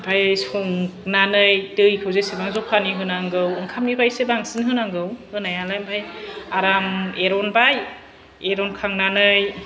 आमफाय संनानै दैखौ जेसेबां जखानि होनांगौ ओंखामनिफ्राय एसे बांसिन होनांगौ होनायालाय आमफ्राय आराम एरनबाय एरनखांनानै